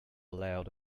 allowed